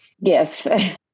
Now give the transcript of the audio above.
Yes